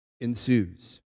ensues